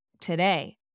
today